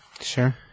Sure